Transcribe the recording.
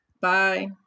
Bye